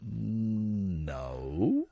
no